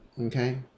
okay